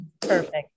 Perfect